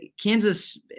Kansas